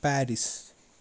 Paris